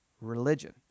religion